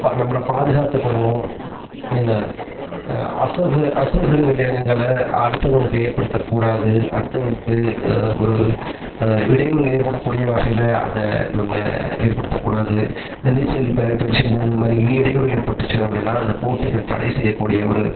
ப நம்மளை பாதுகாத்துக் கொள்ளணும் என்ன அசௌ அசௌகரியங்கங்களை அடுத்தவங்களுக்கு ஏற்படுத்தக்கூடாது அடுத்தவங்களுக்கு ஒரு இடையூறு ஏற்படக்கூடிய வகையில் அதை நம்ம ஏற்படுத்தக்கூடாது நீச்சல் ப பயிற்சியின் பொழுது இத மாரி இடையூறு ஏற்பட்டுச்சு அப்படின்னா அந்த போட்டிகள் தடைச் செய்யக்கூடிய ஒரு